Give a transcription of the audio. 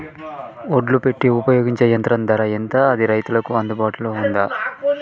ఒడ్లు పెట్టే ఉపయోగించే యంత్రం ధర ఎంత అది రైతులకు అందుబాటులో ఉందా?